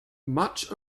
much